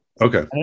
Okay